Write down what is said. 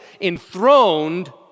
enthroned